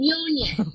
union